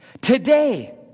Today